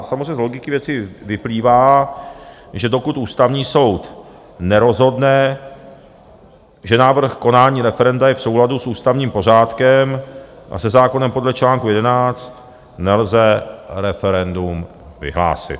Samozřejmě z logiky věci vyplývá, že dokud Ústavní soud nerozhodne, že návrh konání referenda je v souladu s ústavním pořádkem a se zákonem podle článku 11, nelze referendum vyhlásit.